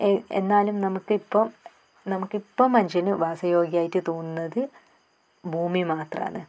A എന്നാലും നമുക്ക് ഇപ്പോൾ നമുക്ക് ഇപ്പം മനുഷ്യന് വാസയോഗ്യമായിട്ട് തോന്നുന്നത് ഭൂമി മാത്രമാണ്